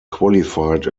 qualified